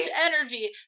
energy